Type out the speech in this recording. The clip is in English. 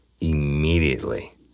immediately